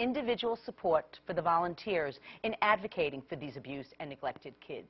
individual support for the volunteers in advocating for these abused and neglected kids